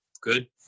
good